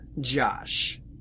Josh